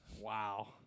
Wow